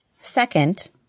Second